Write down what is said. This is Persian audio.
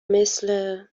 مثل